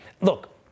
Look